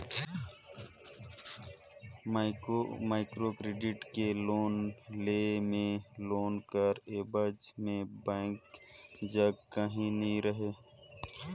micro credit ले loan लेय में लोन कर एबज में बेंक जग काहीं नी रहें